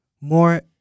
more